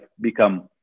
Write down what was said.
become